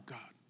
God